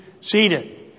seated